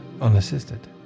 unassisted